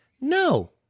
No